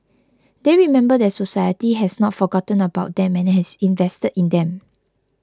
they remember that society has not forgotten about them and has invested in them